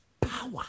power